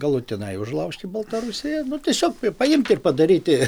galutinai užlaužti baltarusiją nu tiesio paimti ir padaryti